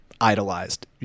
idolized